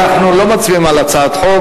אנחנו לא מצביעים על הצעת חוק,